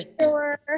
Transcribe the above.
sure